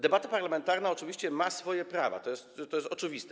Debata parlamentarna oczywiście ma swoje prawa, to jest oczywiste.